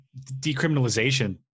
decriminalization